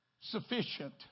sufficient